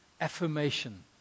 affirmation